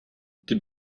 die